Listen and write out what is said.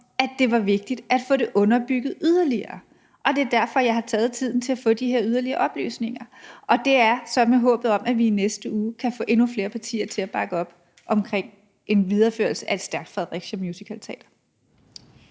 at det var vigtigt at få det underbygget yderligere. Og det er derfor, jeg har taget tiden til at få de her yderligere oplysninger, og det er så med håbet om, at vi i næste uge kan få endnu flere partier til at bakke op omkring en videreførelse af et stærkt Fredericia Musicalteater.